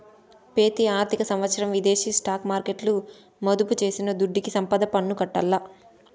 పెతి ఆర్థిక సంవత్సరం విదేశీ స్టాక్ మార్కెట్ల మదుపు చేసిన దుడ్డుకి సంపద పన్ను కట్టాల్ల